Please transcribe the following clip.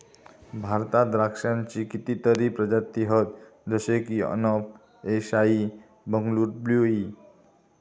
भारतात द्राक्षांची कितीतरी प्रजाती हत जशे की अनब ए शाही, बंगलूर ब्लू ई